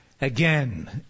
Again